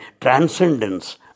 transcendence